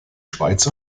schweiz